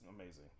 amazing